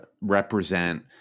represent